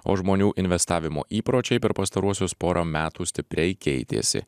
o žmonių investavimo įpročiai per pastaruosius porą metų stipriai keitėsi